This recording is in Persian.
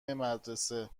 مدرسه